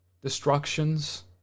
destructions